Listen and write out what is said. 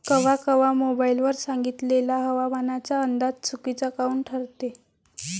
कवा कवा मोबाईल वर सांगितलेला हवामानाचा अंदाज चुकीचा काऊन ठरते?